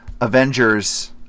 Avengers